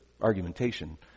argumentation